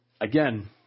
again